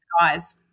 guys